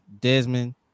Desmond